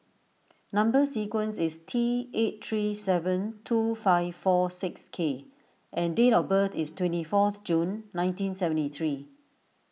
Number Sequence is T eight three seven two five four six K and date of birth is twenty fourth June nineteen seventy three